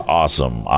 awesome